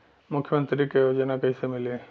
मुख्यमंत्री के योजना कइसे मिली?